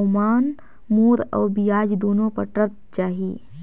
ओाम मूर अउ बियाज दुनो पटत जाही